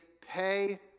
pay